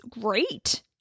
great